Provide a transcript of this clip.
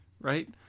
right